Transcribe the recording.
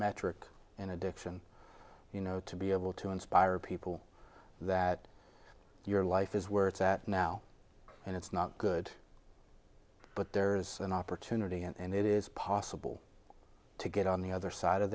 metric in addiction you know to be able to inspire people that your life is where it's at now and it's not good but there's an opportunity and it is possible to get on the other side of